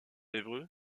évreux